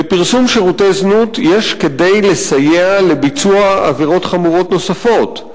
בפרסום שירותי זנות יש כדי לסייע לביצוע עבירות חמורות נוספות,